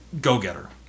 go-getter